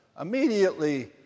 Immediately